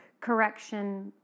correction